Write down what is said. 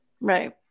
right